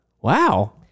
wow